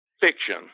fiction